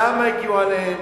למה הגיעו אליהם,